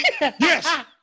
Yes